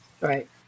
Right